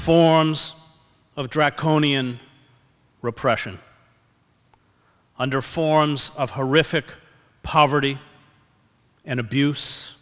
forms of draco nian repression under forms of horrific poverty and abuse